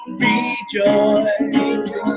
rejoice